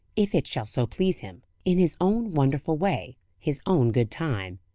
if it shall so please him, in his own wonderful way, his own good time.